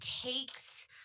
takes